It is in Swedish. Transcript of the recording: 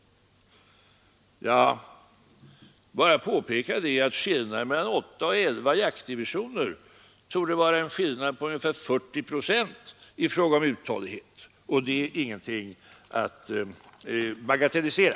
Jag vill bara påpeka, att skillnaden mellan 8 och 11 jaktdivisioner torde vara en skillnad på ungefär 40 procent i fråga om uthållighet. Det är ingenting att bagatellisera.